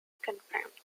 confirmed